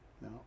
No